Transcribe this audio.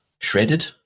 shredded